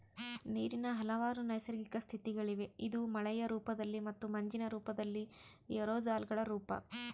ನೀರಿನ ಹಲವಾರು ನೈಸರ್ಗಿಕ ಸ್ಥಿತಿಗಳಿವೆ ಇದು ಮಳೆಯ ರೂಪದಲ್ಲಿ ಮತ್ತು ಮಂಜಿನ ರೂಪದಲ್ಲಿ ಏರೋಸಾಲ್ಗಳ ರೂಪ